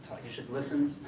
you should listen.